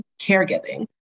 caregiving